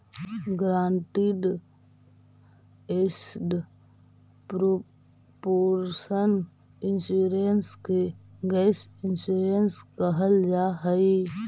guaranteed asset protection insurance के gap insurance कहल जाऽ हई